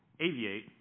aviate